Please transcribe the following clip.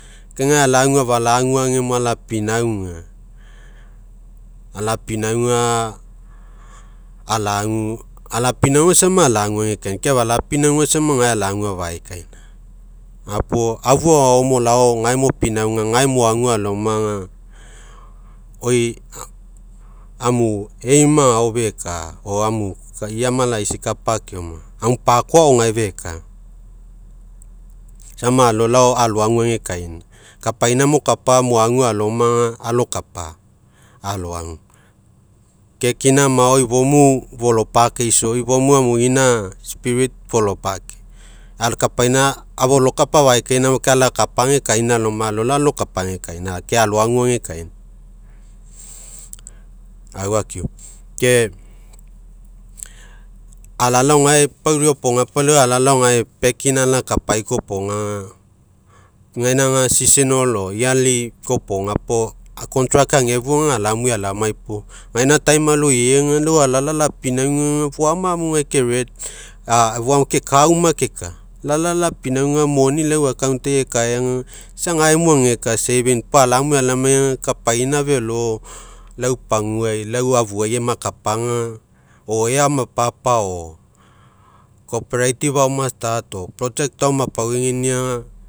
Ke gae afalagu afalagu agemo, alapinauga alapinauga alagu alapinauga sama alagu age kaina, ke afalapinauga sama gae alagu afae kaina gapuo afu agao molao, gae mopinauga, gae moagu alomaga oi amu aim agao feka or amuia mala'aisai kapa keoma? Amu pakoa agao gae feka. Sama alolao aloagu agekaina. Kapaina mokapa, moagu alomaga alokapa aloagu. Ke kinamao ifomu folopakeiso, ifomu emu inner spirit folopake kapaina afolokapa afaekaina, kai alokapa agekaina, ke alolao alokapa age kaina ke aloagu agekaina. Au akiu, ke alalao gae pau iopoga, pau alalao gae packing alakapa koa iopoga'ga, egaina sea soual or yearly koa iopoga puo, contract agefuaga alamue alamai puo gaina time aloiai alalao alapinauga, foama gae ke kauma keka. Lalao alapinauga moni iau ue account ai ekaega, isa gaemo ageka saving. Palamue alamai, kapaina felo iau paguai, iau afuai makapaga o ea mopapa o co- operative agao ma start o project agao mapauegenia.